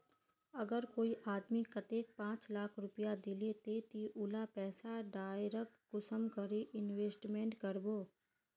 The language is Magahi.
अगर कोई आदमी कतेक पाँच लाख रुपया दिले ते ती उला पैसा डायरक कुंसम करे इन्वेस्टमेंट करबो?